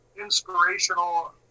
Inspirational